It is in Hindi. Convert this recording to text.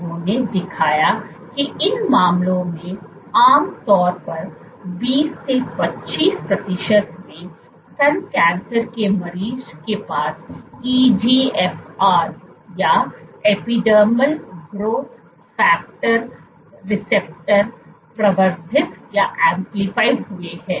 उन्होंने दिखाया कि इन मामलों में आमतौर पर 20 से 25 प्रतिशत में स्तन कैंसर के मरीज के पास EGFR या एपिडर्मल ग्रोथ फैक्टर रिसेप्टर प्रवर्धित हुए है